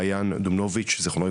מעיין דונוביץ ז"ל,